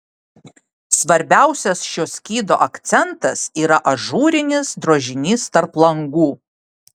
svarbiausias šio skydo akcentas yra ažūrinis drožinys tarp langų